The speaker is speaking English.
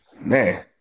man